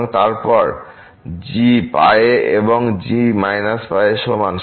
এবং তারপর g π এ এবং g π এ সমান